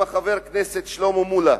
עם חבר הכנסת שלמה מולה,